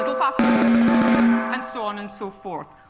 little faster, and so on and so forth.